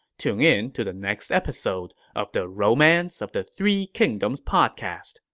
tune in to the next episode of the romance of the three kingdoms podcast.